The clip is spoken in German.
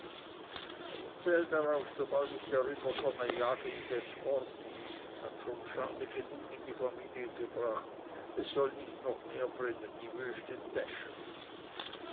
aber zähl darauf sobald ich darüberkomme so jage ich es fort es hat schon schande genug in die familie gebracht es soll nicht noch mehr bringen die wüste täsche